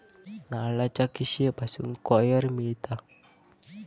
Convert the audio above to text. नारळाच्या किशीयेपासून कॉयर मिळता